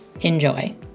Enjoy